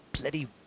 bloody